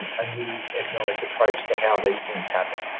um a new economic approach to how these things happen.